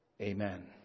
Amen